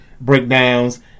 breakdowns